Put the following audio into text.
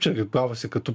čia kaip gavosi kad tu